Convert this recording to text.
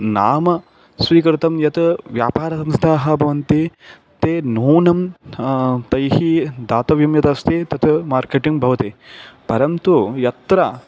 नाम स्वीकर्तुं याः व्यापारसंस्थाः भवन्ति ते नूनं तैः दातव्यं यदस्ति तत् मार्केटिङ्ग् भवति परन्तु यत्र